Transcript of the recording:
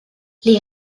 les